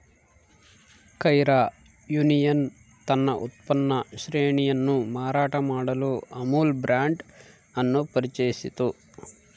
Kaira union ತನ್ನ ಉತ್ಪನ್ನ ಶ್ರೇಣಿಯನ್ನು ಮಾರಾಟ ಮಾಡಲು ಅಮುಲ್ ಬ್ರಾಂಡ್ ಅನ್ನು ಪರಿಚಯಿಸಿತು